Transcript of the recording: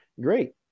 great